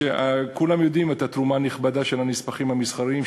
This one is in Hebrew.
וכולם יודעים על התרומה הנכבדה של הנספחים המסחריים,